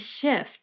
shift